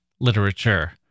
literature